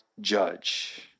judge